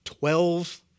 Twelve